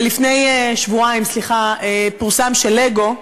לפני שבועיים פורסם שחברת "לגו"